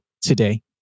today